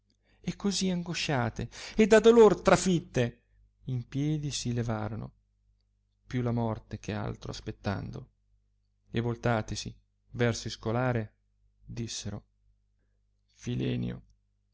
e così angosciate e da dolor trasfitte in piedi si levarono più la morte che altro aspettando e voltatesi verso il scolare dissero filenio